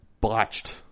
botched